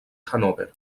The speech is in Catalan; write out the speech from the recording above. hannover